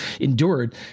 endured